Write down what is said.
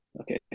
Okay